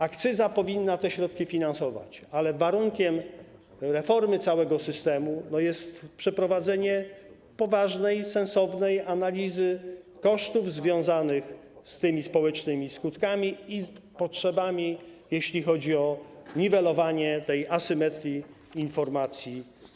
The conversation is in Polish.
Akcyza powinna te środki finansować, ale warunkiem reformy całego systemu jest przeprowadzenie poważnej, sensownej analizy kosztów związanych ze społecznymi skutkami i z potrzebami, jeśli chodzi o niwelowanie tej asymetrii informacji.